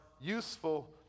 useful